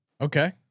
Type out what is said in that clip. Okay